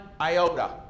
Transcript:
iota